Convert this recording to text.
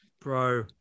bro